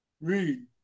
Read